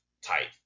type